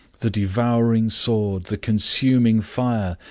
the devouring sword, the consuming fire,